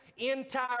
entire